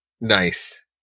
Nice